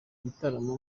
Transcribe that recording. ibitaramo